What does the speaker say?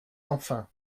enfin